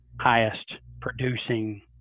highest-producing